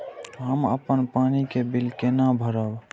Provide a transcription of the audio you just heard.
हम अपन पानी के बिल केना भरब?